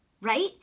right